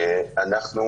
אנחנו